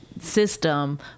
system